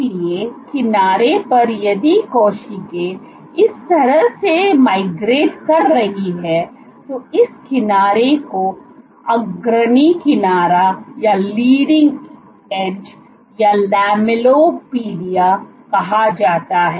इसलिए किनारे पर यदि कोशिका इस तरह से माइग्रेट कर रही है तो इस किनारे को अग्रणी किनारा या लैमेलियोपोडिया कहा जाता है